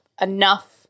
enough